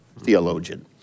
theologian